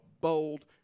bold